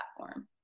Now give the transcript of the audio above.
platform